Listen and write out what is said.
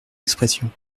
expressions